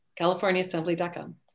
CaliforniaAssembly.com